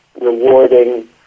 rewarding